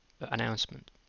announcement